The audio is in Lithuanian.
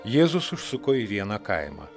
jėzus užsuko į vieną kaimą